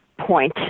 point